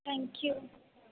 thank you